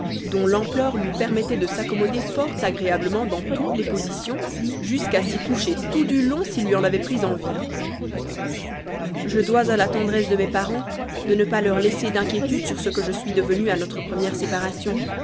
dont l'ampleur lui permettait de s'accommoder fort agréablement dans toutes les positions jusqu'à s'y coucher tout du long s'il lui en avait pris envie je dois la tendresse de mes parents de ne pas leur laisser d'inquiétude sur ce que je suis devenu notre première séparation